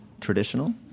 traditional